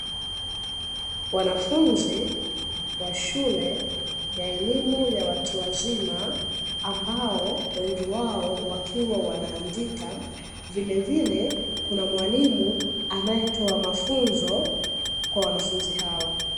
Wanafunzi wa shule ya elimu ya watu wazima, ambao wengi wao wakiwa wanaandika, vilevile kuna mwalimu anaetoa mafunzo kwa wanafunzi.